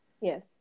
Yes